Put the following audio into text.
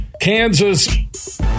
Kansas